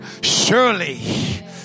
Surely